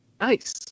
Nice